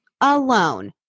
alone